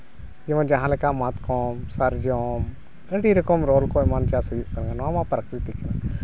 ᱡᱟᱦᱟᱸ ᱞᱮᱠᱟ ᱢᱟᱛᱠᱚᱢ ᱥᱟᱨᱡᱚᱢ ᱟᱹᱰᱤ ᱨᱚᱠᱚᱢ ᱨᱚᱞ ᱠᱚ ᱮᱢᱟᱱ ᱪᱟᱥ ᱦᱩᱭᱩᱜ ᱠᱟᱱᱟ ᱱᱚᱣᱟ ᱢᱟ ᱯᱨᱟᱠᱨᱤᱛᱤᱠ ᱠᱟᱱᱟ